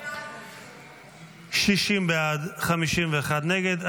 60 בעד, 51 נגד.